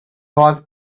was